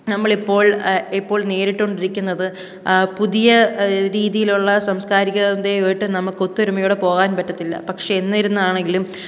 നമ്മളിപ്പോൾ ഇപ്പോൾ നേരിട്ട് കൊണ്ടിരിക്കുന്നത് പുതിയ രീതിയിലുള്ള സംസ്കാരികതയുമായിട്ട് നമുക്ക് ഒത്തൊരുമയോടെ പോകാൻ പറ്റത്തില്ല പക്ഷെ എന്നിരുന്നാണെങ്കിലും